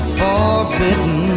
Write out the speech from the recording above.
forbidden